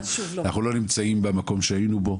אנחנו לא נמצאים במקום שהיינו בו